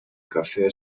cafe